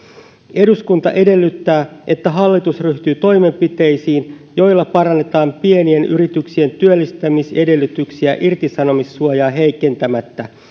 eduskunta edellyttää että hallitus ryhtyy toimenpiteisiin joilla parannetaan pienien yrityksien työllistämisedellytyksiä irtisanomissuojaa heikentämättä